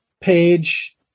page